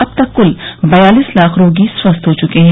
अब तक क्ल बयालिस लाख रोगी स्वस्थ हो चुके हैं